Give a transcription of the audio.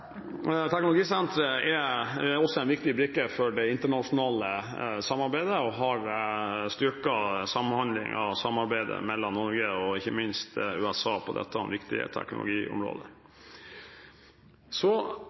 internasjonale samarbeidet og har styrket samhandlingen og samarbeidet mellom Norge og ikke minst USA på dette viktige teknologiområdet.